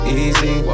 easy